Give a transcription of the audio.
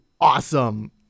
awesome